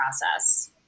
process